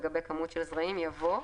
לגבי כמות של זרעים" יבוא: